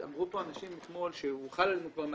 אמרו פה אנשים אתמול שהוא חל עלינו כבר מ-2014.